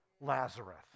Lazarus